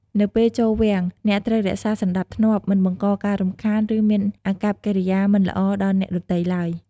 នៅពេលចូលវាំង អ្នកត្រូវរក្សាសណ្តាប់ធ្នាប់ មិនបង្កការរំខានឫមានអាកប្បកិរិយាមិនល្អដល់អ្នកដទៃទ្បើយ។